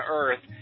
earth